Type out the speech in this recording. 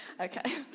Okay